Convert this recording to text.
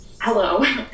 hello